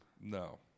No